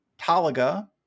Talaga